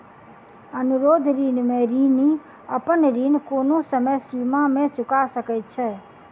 अनुरोध ऋण में ऋणी अपन ऋण कोनो समय सीमा में चूका सकैत छै